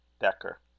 Decker